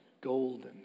golden